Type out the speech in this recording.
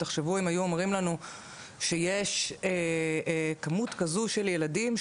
תחשבו אם היו אומרים לנו שיש כמות כזו של ילדים,